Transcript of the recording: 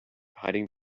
hiding